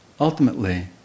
ultimately